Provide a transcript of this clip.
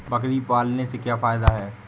बकरी पालने से क्या फायदा है?